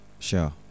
sure